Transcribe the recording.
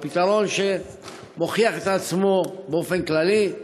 הוא פתרון שמוכיח את עצמו באופן כללי,